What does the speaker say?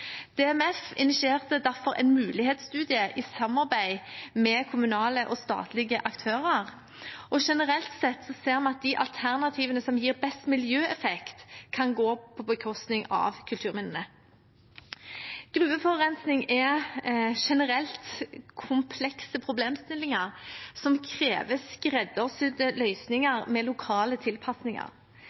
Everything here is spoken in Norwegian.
DMF initierte derfor en mulighetsstudie i samarbeid med kommunale og statlige aktører, og generelt sett ser vi at de alternativene som gir best miljøeffekt, kan gå på bekostning av kulturminnene. Gruveforurensning er generelt komplekse problemstillinger som krever skreddersydde løsninger med lokale tilpasninger.